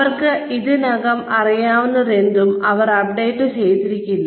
അവർക്ക് ഇതിനകം അറിയാവുന്നതെന്തും അവർ അപ്ഡേറ്റ് ചെയ്തേക്കില്ല